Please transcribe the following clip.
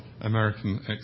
American